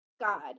God